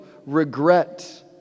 regret